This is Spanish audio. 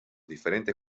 diferentes